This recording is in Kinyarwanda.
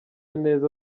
neza